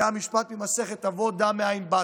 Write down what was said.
היה משפט ממסכת אבות: "דע מאין באת".